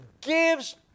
gives